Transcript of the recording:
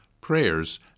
prayers